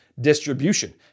Distribution